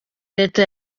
leta